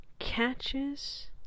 catches